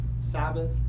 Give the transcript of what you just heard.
Sabbath